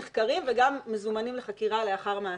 נחקרים וגם מזומנים לחקירה לאחר מעשה.